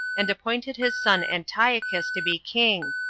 and appointed his son antiochus to be king,